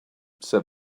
said